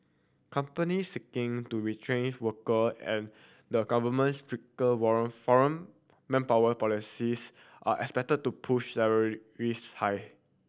companies seeking to retain worker and the government's stricter foreign manpower policies are expected to push high